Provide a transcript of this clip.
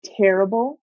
terrible